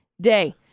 day